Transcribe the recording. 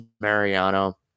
Mariano